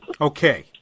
Okay